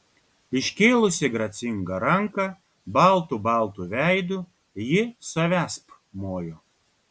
iškėlusi gracingą ranką baltu baltu veidu ji savęsp mojo